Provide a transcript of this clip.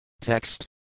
Text